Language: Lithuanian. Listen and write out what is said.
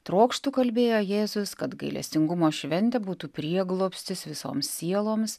trokštu kalbėjo jėzus kad gailestingumo šventė būtų prieglobstis visoms sieloms